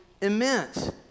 immense